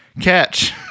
Catch